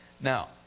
Now